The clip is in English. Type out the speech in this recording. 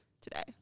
today